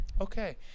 okay